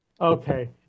Okay